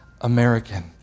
American